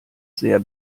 sehr